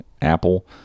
Apple